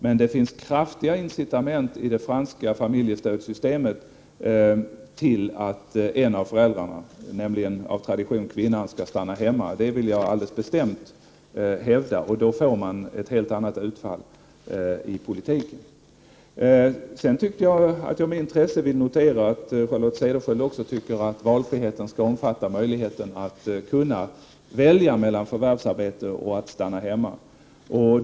Men det finns kraftiga incitament i det franska familjestödssystemet till att en av föräldrarna, nämligen av tradition kvinnan, skall stanna hemma. Det vill jag alldeles bestämt hävda. Då får man ett helt annat utfall i politiken. Sedan vill jag med intresse notera att Charlotte Cederschiöld också tycker att valfriheten skall omfatta möjligheten att välja förvärvsarbete och att stanna hemma.